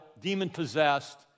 demon-possessed